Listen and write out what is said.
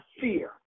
fear